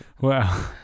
Wow